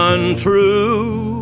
Untrue